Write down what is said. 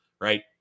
right